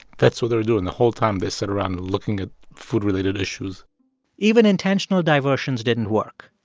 that's what they were doing. the whole time, they sat around looking at food-related issues even intentional diversions didn't work.